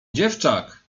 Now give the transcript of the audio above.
dziewczak